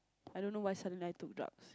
I don't know why suddenly I took drugs